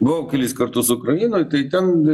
buvau kelis kartus ukrainoj tai ten